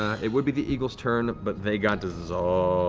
it would be the eagles' turn, but they got dissolved.